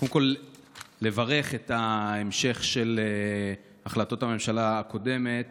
קודם כול לברך את ההמשך של החלטות הממשלה הקודמת